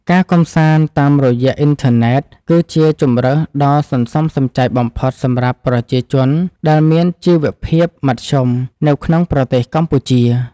ការកម្សាន្តតាមរយៈអ៊ីនធឺណិតគឺជាជម្រើសដ៏សន្សំសំចៃបំផុតសម្រាប់ប្រជាជនដែលមានជីវភាពមធ្យមនៅក្នុងប្រទេសកម្ពុជា។